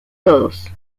todos